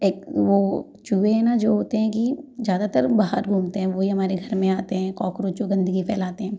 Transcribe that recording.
एक वो चूहे है न जो होते हैं कि ज़्यादातर बाहर घूमते हैं वही हमारे घर में आते हैं कॉकक्रोचों गंदगी फैलाते हैं